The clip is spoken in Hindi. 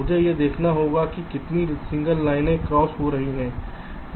मुझे यह देखना होगा कि कितनी सिग्नल लाइनें क्रॉस हो रही हैं